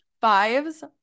Fives